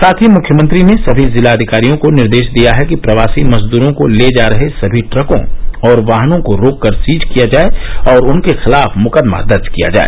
साथ ही मुख्यमंत्री ने सभी जिलाधिकारियों को निर्देश दिया है कि प्रवासी मजदूरों को ले जा रहे सभी ट्रकों और वाहनों को रोककर सीज किया जाए और उनके खिलाफ मुकदमा दर्ज किया जाए